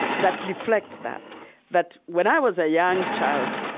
that reflects that that when i was a young child,